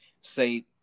say